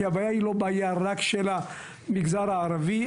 כי הבעיה היא לא בעיה רק של המגזר הערבי,